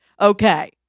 Okay